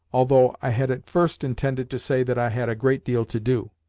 although i had at first intended to say that i had a great deal to do.